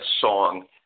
song